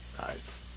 nice